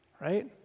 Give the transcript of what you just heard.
Right